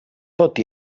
tot